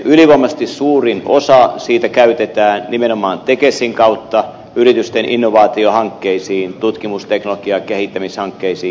ylivoimaisesti suurin osa siitä käytetään nimenomaan tekesin kautta yritysten innovaatiohankkeisiin tutkimus teknologia kehittämishankkeisiin